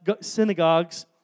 synagogues